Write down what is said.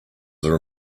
are